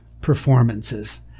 performances